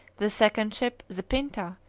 the second ship, the pinta,